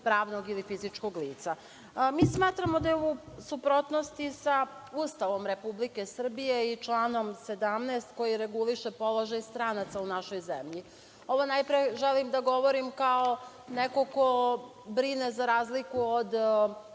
pravnog ili fizičkog lica. Mi smatramo da je ovo u suprotnosti sa Ustavom Republike Srbije i članom 17. koji reguliše položaj stranaca u našoj zemlji. Ovo najpre želim da govorim kao neko ko brine, za razliku od